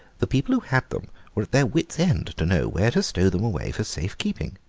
the people who had them were at their wits' end to know where to stow them away for safe keeping,